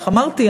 אמרתי,